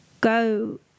go